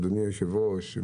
אדוני היושב ראש,